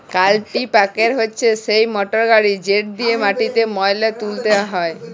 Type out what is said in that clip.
কাল্টিপ্যাকের হছে সেই মটরগড়ি যেট দিঁয়ে মাটিতে ময়লা তুলা হ্যয়